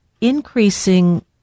increasing